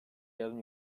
yardım